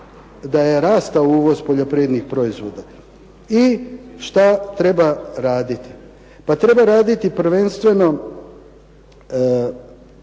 da je rastao uvoz poljoprivrednih proizvoda. I šta treba raditi? Pa treba raditi prvenstveno,